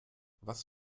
was